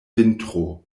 vintro